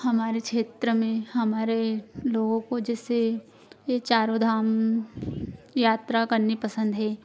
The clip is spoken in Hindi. हमारे क्षेत्र में हमारे लोगों को जैसे ये चारो धाम यात्रा करनी पसंद है